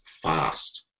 fast